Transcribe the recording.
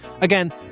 Again